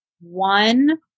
one